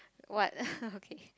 what okay